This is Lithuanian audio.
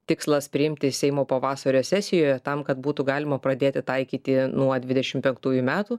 tikslas priimti seimo pavasario sesijoje tam kad būtų galima pradėti taikyti nuo dvidešimt penktųjų metų